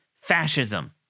fascism